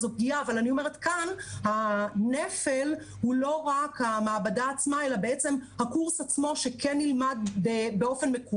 כאן הנפל הוא לא רק המעבדה עצמה אלא הקורס עצמו שכן נלמד מקוון,